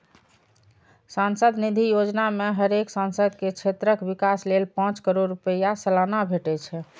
सांसद निधि योजना मे हरेक सांसद के क्षेत्रक विकास लेल पांच करोड़ रुपैया सलाना भेटे छै